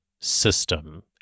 system